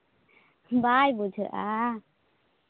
ᱵᱟᱭ ᱵᱩᱡᱷᱟᱹᱜᱼᱟ